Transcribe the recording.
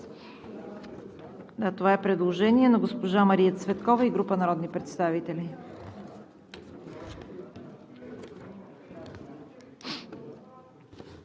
за чл. 29 на госпожа Мария Цветкова и група народни представители.